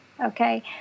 okay